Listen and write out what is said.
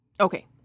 Okay